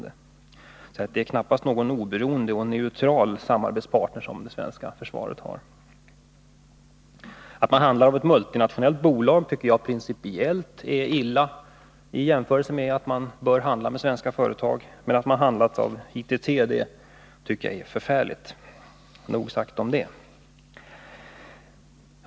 Det är alltså knappast någon oberoende och neutral samarbetspartner som det svenska försvaret har valt. Att man handlar av ett multinationellt bolag och inte av ett svenskt företag, som man bör, tycker jag är illa principiellt. Men att man handlar av ITT tycker jag är förfärligt. — Nog sagt om det.